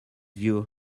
view